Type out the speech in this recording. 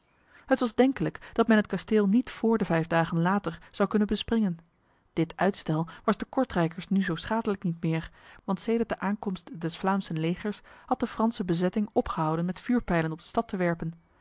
het was denkelijk dat men het kasteel niet voor de vijf dagen later zou kunnen bespringen dit uitstel was de kortrijkers nu zo schadelijk niet meer want sedert de aankomst des vlaamsen legers had de franse bezetting opgehouden met vuurpijlen op de stad te werpen